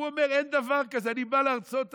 הוא אומר: אין דבר כזה, אני בא לארצות הברית,